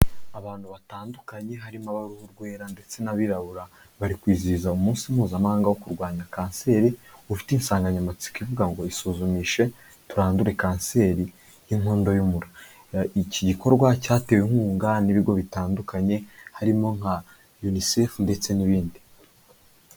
Abantu batandukanye harimo abarihu urwera ndetse n'abirabura bari kwizihiza umunsi mpuzamahanga wo kurwanya kanseri ufite insanganyamatsiko kanseri y'inkondo y'umura iki gikorwa cyatewe inkunga n'ibigo bitandukanye harimo nka unicef ndetse n'ibindi